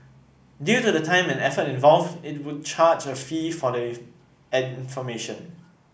due to the time and effort involved it would charge a fee for the information